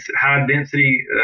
high-density